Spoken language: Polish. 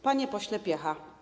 Panie Pośle Piecha!